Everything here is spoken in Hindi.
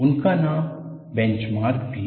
उनका नाम बेंचमार्क भी है